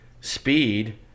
speed